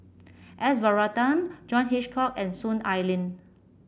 S Varathan John Hitchcock and Soon Ai Ling